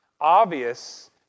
obvious